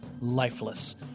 lifeless